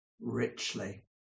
richly